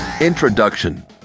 Introduction